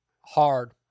hard